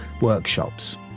workshops